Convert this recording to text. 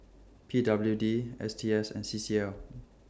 P W D S T S and C C L